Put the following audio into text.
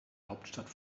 hauptstadt